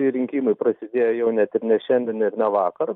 rinkimai prasidėjo jau net ir ne šiandien ir ne vakar